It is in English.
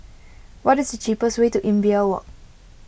what is the cheapest way to Imbiah Walk